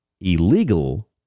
illegal